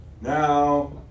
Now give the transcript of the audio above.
now